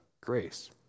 grace